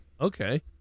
Okay